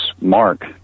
mark